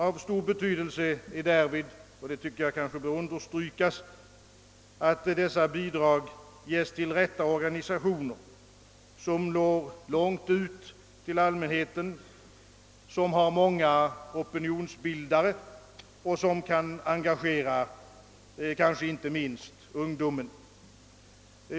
Av stor betydelse är därvid — och det bör understrykas — att dessa bidrag ges till rätta organisationer, som når långt ut till allmänheten, som har många opinionsbildare och som kan engagera kanske inte minst ungdomen.